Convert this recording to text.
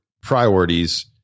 priorities